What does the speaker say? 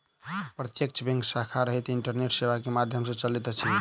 प्रत्यक्ष बैंक शाखा रहित इंटरनेट सेवा के माध्यम सॅ चलैत अछि